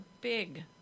big